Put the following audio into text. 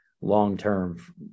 long-term